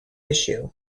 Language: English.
issue